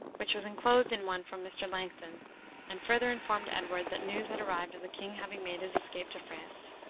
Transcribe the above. which was inclosed in one from mr. langton and further informed edward that news had arrived of the king having made his escape to france.